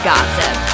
Gossip